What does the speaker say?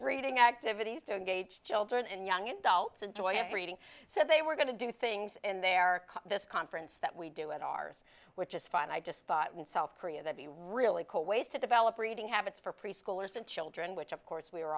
reading activities do engage children and young adults enjoy reading so they were going to do things in their car this conference that we do with ours which is fine i just thought in south korea that the really cool ways to develop reading habits for preschoolers and children which of course we were